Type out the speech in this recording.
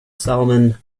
salmon